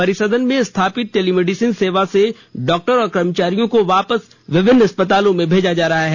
परिसदन में स्थापित टेलीमेडिसिन सेवा से डॉक्टर और कर्मचारियों को वापस विभिन्न अस्पतालों में भेजा जा रहा है